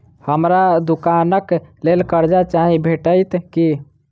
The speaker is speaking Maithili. हमरा दुकानक लेल कर्जा चाहि भेटइत की?